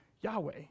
Yahweh